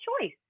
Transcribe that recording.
choice